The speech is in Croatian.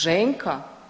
Ženka?